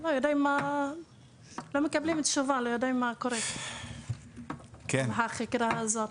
לא מקבלים תשובה, לא יודעים מה קורה בחקירה הזאת.